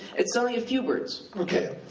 it's only a few words. okay.